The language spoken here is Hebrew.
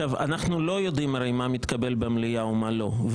אנחנו הרי לא יודעים מה מתקבל במליאה ומה לא מתקבל